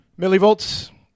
millivolts